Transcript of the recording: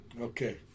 Okay